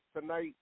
tonight